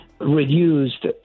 reduced